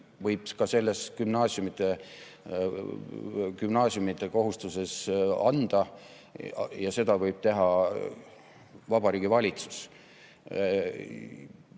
võib ka selles gümnaasiumide kohustuses anda ja seda võib teha Vabariigi Valitsus.